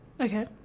Okay